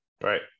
Right